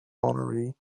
honoree